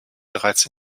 bereits